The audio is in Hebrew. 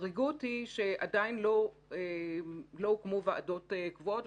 החריגות היא שעדיין לא הוקמו ועדות קבועות.